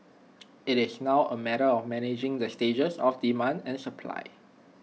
IT is now A matter of managing the stages of demand and supply